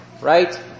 right